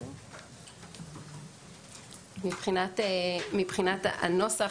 מבחינת הנוסח,